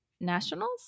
nationals